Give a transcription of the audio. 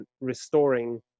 restoring